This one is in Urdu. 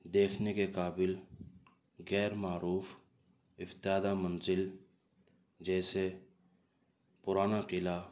دیکھنے کے قابل غیرمعروف افتادہ منزل جیسے پرانا قلعہ